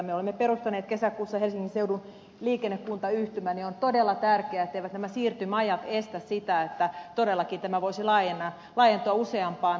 me olemme perustaneet kesäkuussa helsingin seudun liikennekuntayhtymän ja on todella tärkeää etteivät nämä siirtymäajat estä sitä että tämä todellakin voisi laajentua useampaan kuntaan